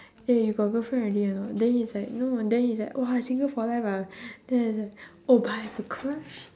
eh you got girlfriend already or not then he's like no then he's like !wah! single for life ah then he's like oh but I have a crush